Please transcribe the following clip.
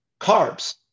carbs